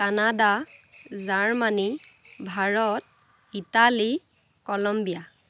Canada Germany Bharat Italy Columbia